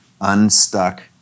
unstuck